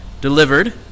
delivered